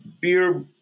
beer